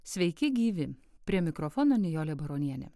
sveiki gyvi prie mikrofono nijolė baronienė